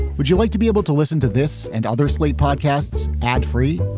would you like to be able to listen to this and other slate podcasts? ad free?